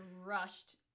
rushed